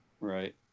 Right